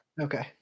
Okay